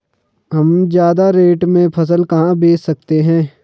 हम ज्यादा रेट में फसल कहाँ बेच सकते हैं?